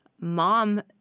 mom